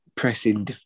Pressing